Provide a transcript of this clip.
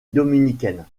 dominicaine